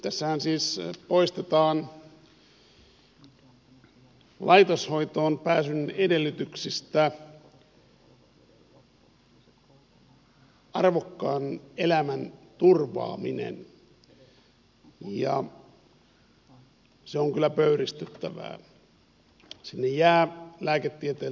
niin tässähän siis poistetaan laitoshoitoon pääsyn edellytyksistä arvokkaan elämän turvaaminen ja se on kyllä pöyristyttävää